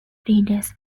breeders